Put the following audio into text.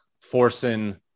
forcing